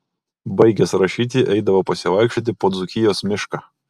baigęs rašyti eidavo pasivaikščioti po dzūkijos mišką